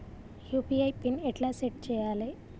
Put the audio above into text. UPI pin ఎట్లా set చేయాలే?